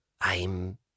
I'm